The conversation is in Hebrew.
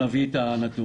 נביא את הנתון.